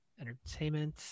entertainment